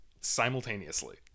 simultaneously